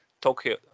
Tokyo